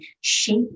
shape